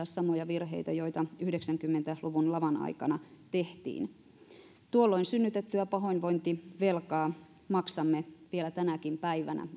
samoja virheitä joita yhdeksänkymmentä luvun laman aikana tehtiin tuolloin synnytettyä pahoinvointivelkaa maksamme vielä tänäkin päivänä